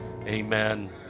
Amen